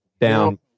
down